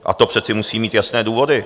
A to přece musí mít jasné důvody.